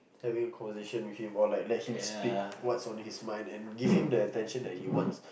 having a conversation with or like let him speak what's on his mind and give him the attention that he wants